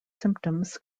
symptoms